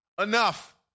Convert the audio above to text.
Enough